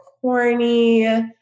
corny